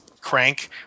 Crank